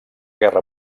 guerra